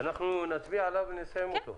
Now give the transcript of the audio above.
נצביע עליו ונסיים אותו.